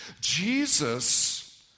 Jesus